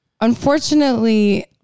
unfortunately